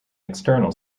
external